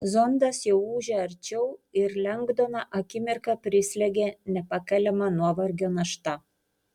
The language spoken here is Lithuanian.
zondas jau ūžė arčiau ir lengdoną akimirką prislėgė nepakeliama nuovargio našta